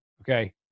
Okay